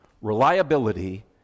reliability